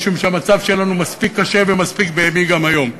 משום שהמצב שלנו מספיק קשה ומספיק בהמי גם היום.